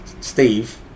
Steve